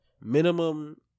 minimum